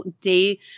day